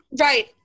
Right